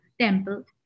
temple